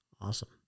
Awesome